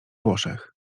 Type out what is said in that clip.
włoszech